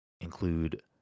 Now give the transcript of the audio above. include